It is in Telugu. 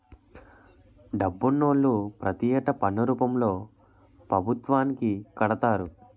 డబ్బునోళ్లు ప్రతి ఏటా పన్ను రూపంలో పభుత్వానికి కడతారు